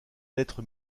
lettres